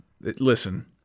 listen